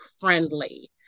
Friendly